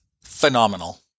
Phenomenal